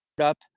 up